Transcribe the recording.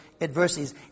adversities